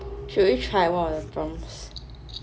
should we try one of the prompts